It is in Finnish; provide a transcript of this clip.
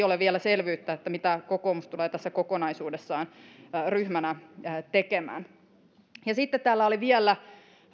ole vielä selvyyttä mitä kokoomus tulee tässä kokonaisuudessaan ryhmänä tekemään sitten täällä vielä